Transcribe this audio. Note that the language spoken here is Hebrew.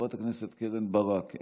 חברת הכנסת קרן ברק,